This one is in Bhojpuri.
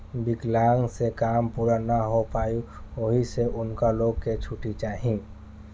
विकलांक से काम पूरा ना हो पाई ओहि से उनका लो के छुट्टी चाही